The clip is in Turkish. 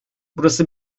burası